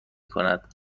کند